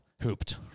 hooped